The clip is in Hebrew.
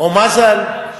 או מזל.